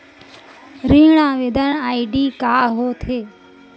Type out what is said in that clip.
ऋण आवेदन आई.डी का होत हे?